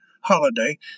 holiday